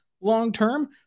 long-term